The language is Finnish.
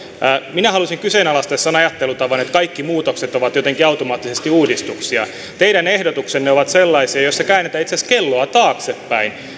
minä haluaisin kyseenalaistaa sen ajattelutavan että kaikki muutokset ovat jotenkin automaattisesti uudistuksia teidän ehdotuksenne ovat sellaisia joissa käännetään itse asiassa kelloa taaksepäin